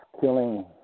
killing